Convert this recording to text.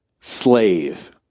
slave